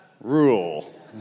rule